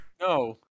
No